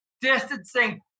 distancing